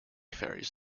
ferries